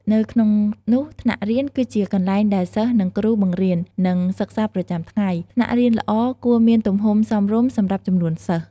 នៅក្នុងនោះថ្នាក់រៀន គឺជាកន្លែងដែលសិស្សនិងគ្រូ បង្រៀន និងសិក្សាប្រចាំថ្ងៃ ថ្នាក់រៀនល្អគួរមានទំហំសមរម្យសម្រាប់ចំនួនសិស្ស។